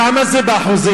כמה זה באחוזים,